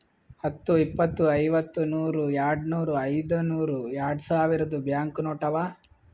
ಹತ್ತು, ಇಪ್ಪತ್, ಐವತ್ತ, ನೂರ್, ಯಾಡ್ನೂರ್, ಐಯ್ದನೂರ್, ಯಾಡ್ಸಾವಿರ್ದು ಬ್ಯಾಂಕ್ ನೋಟ್ ಅವಾ